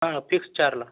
सांगा फिक्स चारला